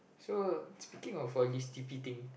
so speaking of all these t_p thing